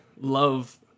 love